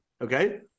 okay